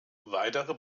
weitere